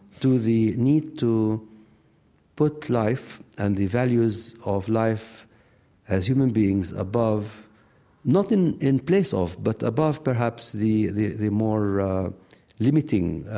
to the need to put life and the values of life as human beings above not in in place of but above perhaps the the more limiting